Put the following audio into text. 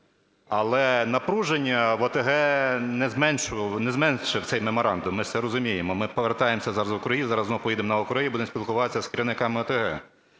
Але напруження в ОТГ не зменшив цей меморандум, ми ж це розуміємо, ми повертаємося зараз в округи, зараз знову поїдемо на округи і будемо спілкуватися з керівниками ОТГ.